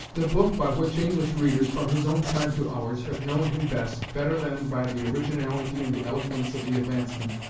the book by which english readers, from his own time to ours, have known him best, better than by the originality and the eloquence of the advancement,